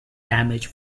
damage